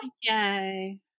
Yay